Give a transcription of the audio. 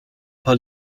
paar